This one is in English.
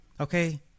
Okay